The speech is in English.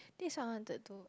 this I wanted to